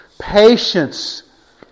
Patience